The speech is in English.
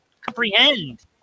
comprehend